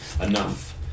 Enough